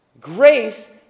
Grace